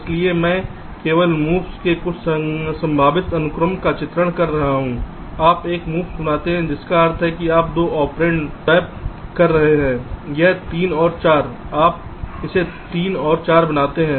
इसलिए मैं केवल मूव्स के एक संभावित अनुक्रम का चित्रण कर रहा हूं आप एक मूव्स बनाते हैं जिसका अर्थ है कि आप दो ऑपरेंड स्वैप कर रहे हैं यह 4 और 3 आप इसे 3 और 4 बनाते हैं